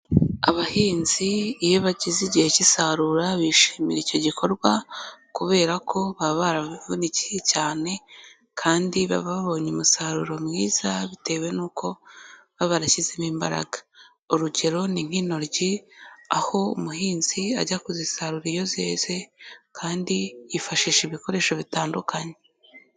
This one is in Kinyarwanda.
Abahinzi iyo bageze igihe cy'isarura, bishimira icyo gikorwa kubera ko baba barabivunikiye cyane kandi baba babonye umusaruro mwiza, bitewe n'uko baba barashyizemo imbaraga. Urugero ni nk'intoryi, aho umuhinzi ajya kuzisarura iyo zeze kandi yifashisha ibikoresho bitandukanye.